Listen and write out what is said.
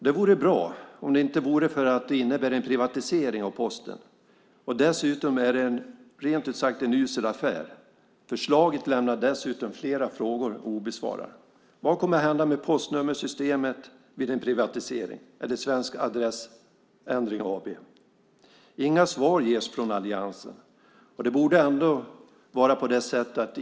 Det vore bra om det inte vore för att det innebär en privatisering av Posten. Dessutom är det rent ut sagt en usel affär. Förslaget lämnar dessutom flera frågor obesvarade. Vad kommer att hända med postnummersystemet vid en privatisering eller Svensk Adressändring AB? Det ges inga svar från alliansen.